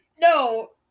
No